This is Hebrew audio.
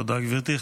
תודה, גברתי.